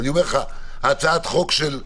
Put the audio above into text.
אני אומר לך, הצעת החוק של איתן,